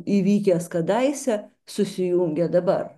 įvykęs kadaise susijungė dabar